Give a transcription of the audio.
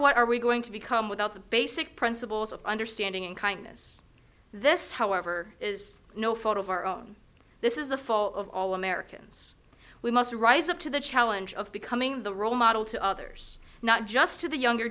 what are we going to become without the basic principles of understanding and kindness this however is no fault of our own this is the fall of all americans we must rise up to the challenge of becoming the role model to others not just to the younger